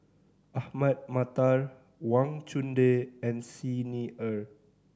Ahmad Mattar Wang Chunde and Xi Ni Er